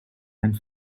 and